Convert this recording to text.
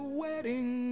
wedding